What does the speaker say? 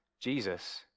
Jesus